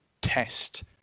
test